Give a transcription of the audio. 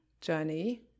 journey